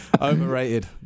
Overrated